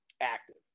active